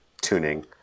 tuning